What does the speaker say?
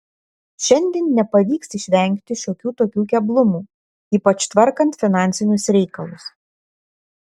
šiandien nepavyks išvengti šiokių tokių keblumų ypač tvarkant finansinius reikalus